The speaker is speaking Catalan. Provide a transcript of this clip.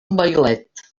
vailet